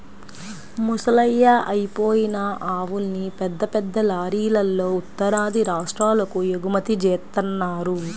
ముసలయ్యి అయిపోయిన ఆవుల్ని పెద్ద పెద్ద లారీలల్లో ఉత్తరాది రాష్ట్రాలకు ఎగుమతి జేత్తన్నారు